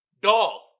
Dog